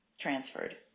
transferred